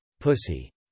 Pussy